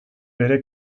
bere